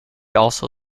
also